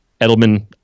Edelman